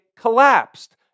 collapsed